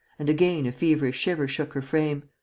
and again a feverish shiver shook her frame.